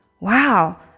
Wow